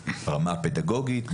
רמה פדגוגית,